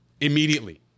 immediately